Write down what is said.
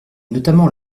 notamment